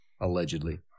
allegedly